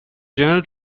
general